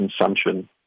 consumption